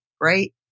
Right